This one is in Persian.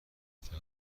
فقط